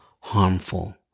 harmful